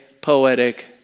poetic